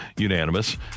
unanimous